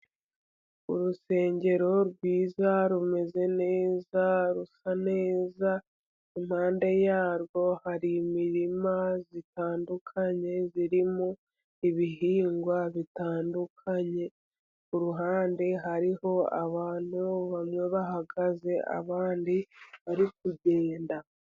Urusengero rwiza rumeze neza, rusa neza, impande ya rwo hari imirima itandukanye, irimo ibihingwa bitandukanye, ku ruhande hariho abantu bamwe bahagaze, abandi bari kugenda.